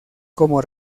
como